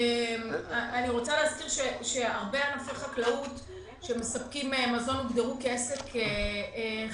אני רוצה להזכיר שהרבה מענפי החקלאות שמספקים מזון הוגדרו כעסק חיוני,